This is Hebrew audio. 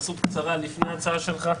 התייחסות קצרה לפני ההצעה שלך.